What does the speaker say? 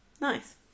Nice